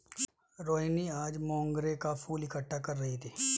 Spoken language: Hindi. रोहिनी आज मोंगरे का फूल इकट्ठा कर रही थी